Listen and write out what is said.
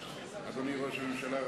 אדוני ראש הממשלה,